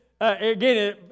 again